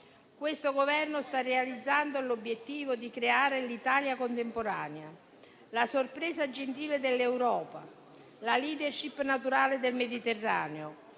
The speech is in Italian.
Questo Governo sta realizzando l'obiettivo di creare l'Italia contemporanea, la sorpresa gentile dell'Europa, la *leadership* naturale del Mediterraneo.